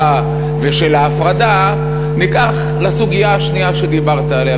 ושל ההפרדה ניקח לסוגיה השנייה שדיברת עליה,